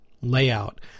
layout